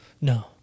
No